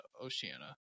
Oceania